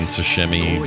Sashimi